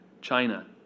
China